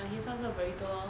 她作 burrito lor